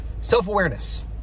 self-awareness